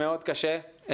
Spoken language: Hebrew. מאוד קשה,